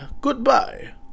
goodbye